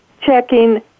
checking